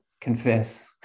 confess